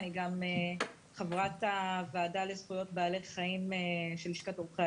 אני גם חברת הוועדה לזכויות בעלי חיים של לשכת עורכי